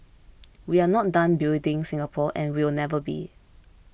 we are not done building Singapore and we will never be